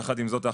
יחד עם זאת,